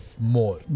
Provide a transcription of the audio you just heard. more